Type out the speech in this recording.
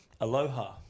Aloha